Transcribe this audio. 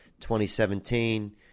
2017